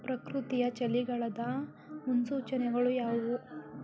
ಪ್ರಕೃತಿಯ ಚಳಿಗಾಲದ ಮುನ್ಸೂಚನೆಗಳು ಯಾವುವು?